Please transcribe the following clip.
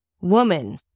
Woman